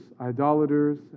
idolaters